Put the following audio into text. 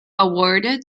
awarded